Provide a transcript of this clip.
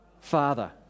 Father